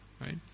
right